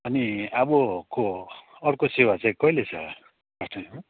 अनि अबको अर्को सेवा चाहिँ कहिले छ पास्टरनी आमा